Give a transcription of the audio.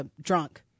drunk